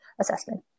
assessment